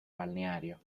balneario